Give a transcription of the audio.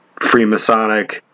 Freemasonic